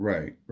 Right